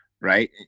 right